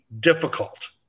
difficult